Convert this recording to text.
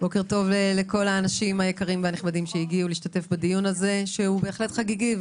לכל האנשים היקרים והנכבדים שהגיעו להשתתף בדיון הזה שהוא בהחלט חגיגי,